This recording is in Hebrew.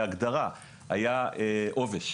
בהגדרה היה עובש.